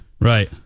Right